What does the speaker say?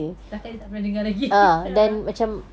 takkan dia tak pernah dengar lagi